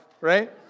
right